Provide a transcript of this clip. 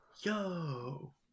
yo